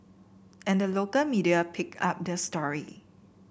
and the local media picked up the story